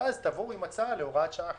ואז תבואו עם הצעה להוראת שעה חדשה?